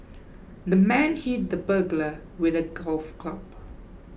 the man hit the burglar with a golf club